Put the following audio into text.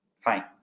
Fine